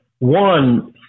one